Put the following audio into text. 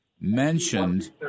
mentioned